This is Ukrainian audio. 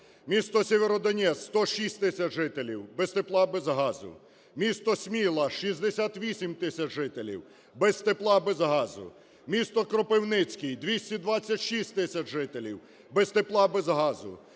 МістоСєвєродонецьк – 106 тисяч жителів без тепла, без газу. Місто Сміла – 68 тисяч жителів без тепла, без газу. Місто Кропивницький – 226 тисяч жителів без тепла, без газу.